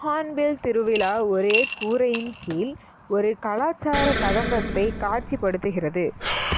ஹான்பில் திருவிழா ஒரே கூரையின் கீழ் ஒரு கலாச்சாரக் கதம்பத்தை காட்சிப்படுத்துகிறது